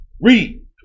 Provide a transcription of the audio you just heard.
Read